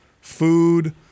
food